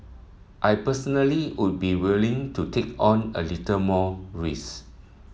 I personally would be willing to take on a little more risk